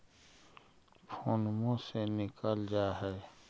फोनवो से निकल जा है?